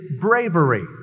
bravery